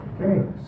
okay